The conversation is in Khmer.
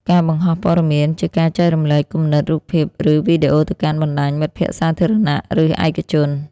ការបង្ហោះព័ត៌មាន ជាការចែករំលែកគំនិត រូបភាព ឬវីដេអូទៅកាន់បណ្ដាញមិត្តភក្ដិសាធារណៈ ឬឯកជន។